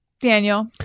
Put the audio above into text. Daniel